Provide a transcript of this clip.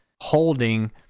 holding